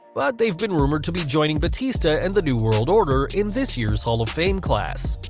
but they have been rumoured to be joining batista and the new world order in this year's hall of fame class.